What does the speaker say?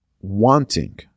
wanting